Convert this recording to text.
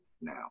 now